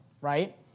right